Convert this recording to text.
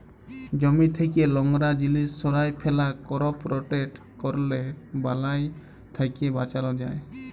জমি থ্যাকে লংরা জিলিস সঁরায় ফেলা, করপ রটেট ক্যরলে বালাই থ্যাকে বাঁচালো যায়